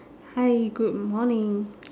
hi good morning